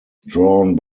drawn